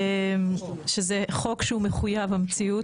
שזה חוק שהוא מחויב המציאות.